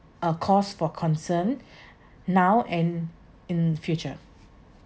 a cause for concern now and in future